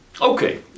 Okay